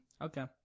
Okay